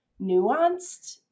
nuanced